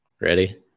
Ready